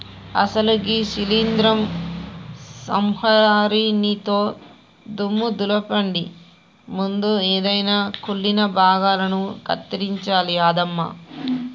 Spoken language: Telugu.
అసలు గీ శీలింద్రం సంహరినితో దుమ్ము దులపండి ముందు ఎదైన కుళ్ళిన భాగాలను కత్తిరించాలి యాదమ్మ